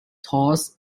toss